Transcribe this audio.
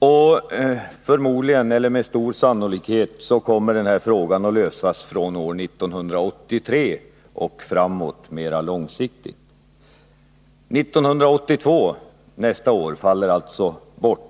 och 1981. Med stor sannolikhet kommer den här frågan att lösas mera långsiktigt från 1983. År 1982 faller alltså bort.